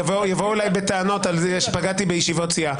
יבואו אליי בטענות על זה שפגעתי בישיבות הסיעה.